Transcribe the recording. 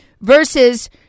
versus